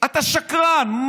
אתה שקרן.